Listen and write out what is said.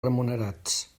remunerats